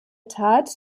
tat